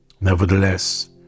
Nevertheless